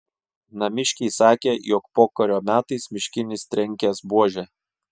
namiškiai sakė jog pokario metais miškinis trenkęs buože